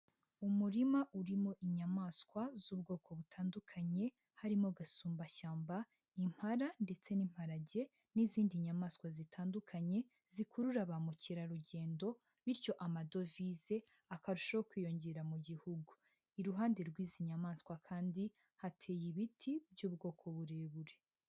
Umurima urimo inyamaswa z'ubwoko butandukanye harimo agasumbashyamba, impala ndetse n'imparage n'izindi nyamaswa zitandukanye zikurura ba mukerarugendo bityo amadovize akarushaho kwiyongera mu gihugu, iruhande rw'izi nyamaswa kandi hateye ibiti by'ubwoko burebure.